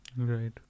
right